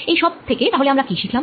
এই সব থেকে তাহলে আমরা কি শিখলাম